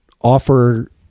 offer